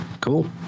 Cool